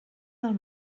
del